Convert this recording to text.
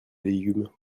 légumes